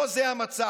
לא זה המצב.